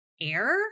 air